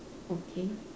okay